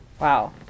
Wow